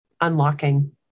unlocking